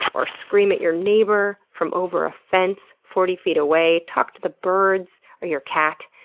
or scream at your neighbor from over a fence forty feet away. talk to the birds or your cat.